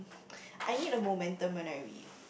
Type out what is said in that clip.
I need a momentum when I read